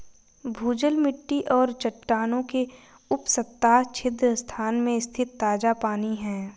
भूजल मिट्टी और चट्टानों के उपसतह छिद्र स्थान में स्थित ताजा पानी है